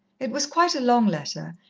it was quite a long letter,